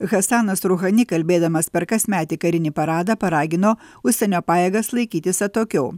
hasanas ruchani kalbėdamas per kasmetį karinį paradą paragino užsienio pajėgas laikytis atokiau